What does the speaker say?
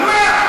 על מה?